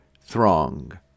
throng